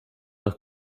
nach